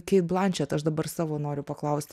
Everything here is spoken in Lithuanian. keit blančet aš dabar savo noriu paklausti